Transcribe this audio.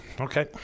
Okay